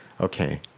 Okay